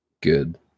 Good